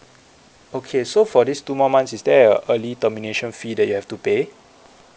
okay so for these two more months is there a early termination fee that you have to pay